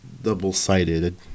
double-sided